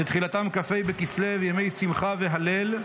שתחילתן כ"ה בכסלו, ימי שמחה והלל,